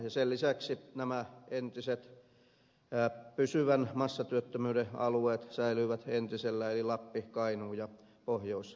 ja sen lisäksi entiset pysyvän massatyöttömyyden alueet eli lappi kainuu ja pohjois karjala säilyivät entisel lään